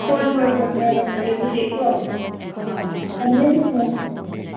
ꯍꯣꯏ ꯍꯣꯏ ꯍꯣꯏ ꯉꯥꯏꯔꯝꯃꯒꯦ ꯑꯗꯨꯗꯤ ꯀꯣ ꯑꯥ ꯊꯝꯃꯦ